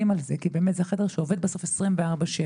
מנעד יותר רחב של העמדה לדין ואין ספק שהחדרים הללו מוסיפים